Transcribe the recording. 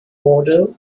model